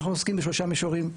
אנחנו עוסקים בשלושה מישורים.